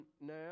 now